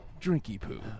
drinky-poo